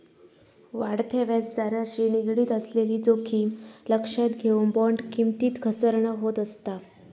वाढत्या व्याजदराशी निगडीत असलेली जोखीम लक्षात घेऊन, बॉण्ड किमतीत घसरण होत असता